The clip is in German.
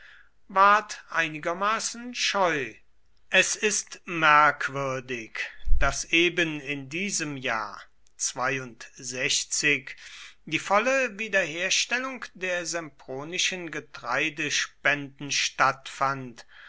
ward einigermaßen scheu es ist merkwürdig daß eben in diesem jahr die volle wiederherstellung der sempronischen getreidespenden stattfand